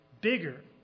bigger